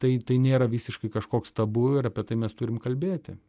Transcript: tai tai nėra visiškai kažkoks tabu ir apie tai mes turim kalbėti